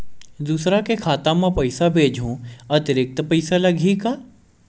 दूसरा के खाता म पईसा भेजहूँ अतिरिक्त पईसा लगही का?